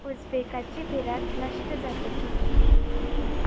उजवेकाची भिरात नश्ट जातकीर